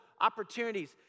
opportunities